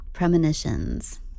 Premonitions